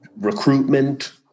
recruitment